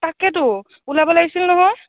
তাকেটো ওলাব লাগিছিল নহয়